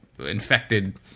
infected